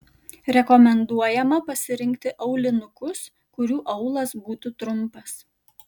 rekomenduojama pasirinkti aulinukus kurių aulas būtų trumpas